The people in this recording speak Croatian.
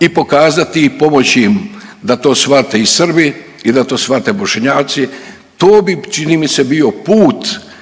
i pokazati i pomoći im da to shvate i Srbi i da to shvate Bošnjaci, to bi čini mi se bio put